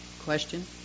question